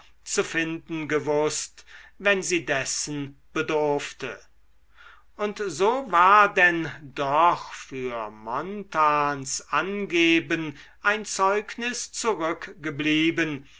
zu finden gewußt wenn sie dessen bedurfte und so war denn doch für montans angeben ein zeugnis